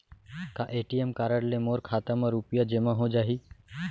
का ATM card ले मोर खाता म रुपिया जेमा हो जाही?